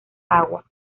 agua